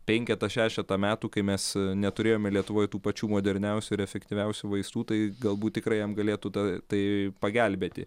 penketą šešetą metų kai mes neturėjome lietuvoj tų pačių moderniausių ir efektyviausių vaistų tai galbūt tikrai jam galėtų ta tai pagelbėti